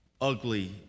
ugly